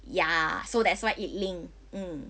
ya so that's why it link